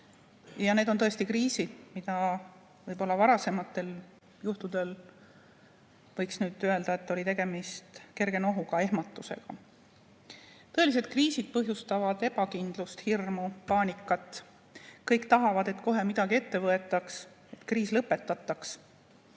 Ja need on tõesti kriisid. Varasematel juhtudel, võiks nüüd öelda, et oli tegemist kerge nohuga, ehmatusega. Tõelised kriisid põhjustavad ebakindlust, hirmu, paanikat. Kõik tahavad, et kohe midagi ette võetaks, et kriis lõpetataks.